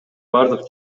бардык